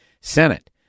Senate